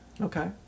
Okay